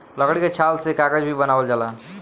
लकड़ी के छाल से कागज भी बनावल जाला